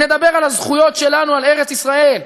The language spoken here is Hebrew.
נדבר על הזכויות שלנו על ארץ-ישראל,